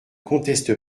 conteste